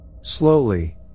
Slowly